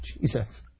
Jesus